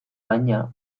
baina